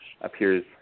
appears